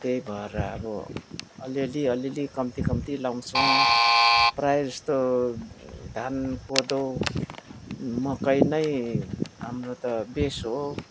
त्यही भएर अब अलिअलि कम्ती कम्ती लगाउँछौँ प्राय जस्तो धान कोदो मकै नै हाम्रो त बेस हो